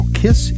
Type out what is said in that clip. kiss